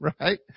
right